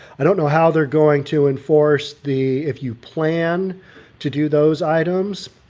i don't know how they're going to enforce the if you plan to do those items.